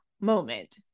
moment